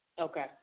Okay